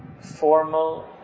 Formal